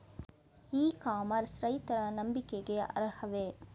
E commerce ರೈತರ ನಂಬಿಕೆಗೆ ಅರ್ಹವೇ?